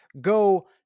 go